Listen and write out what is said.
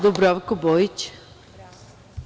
Dubravko Bojić.